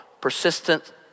Persistent